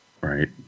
right